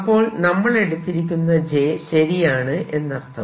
അപ്പോൾ നമ്മൾ എടുത്തിരിക്കുന്ന j ശരിയാണ് എന്നർത്ഥം